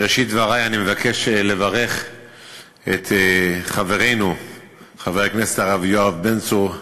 בראשית דברי אני מבקש לברך את חברנו חבר הכנסת הרב יואב בן צור,